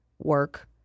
work